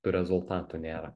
tų rezultatų nėra